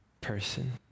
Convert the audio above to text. person